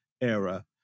era